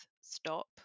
stop